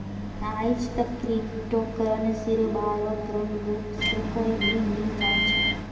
आईजतक क्रिप्टो करन्सीर बा र पूर्ण रूप स कोई भी नी जान छ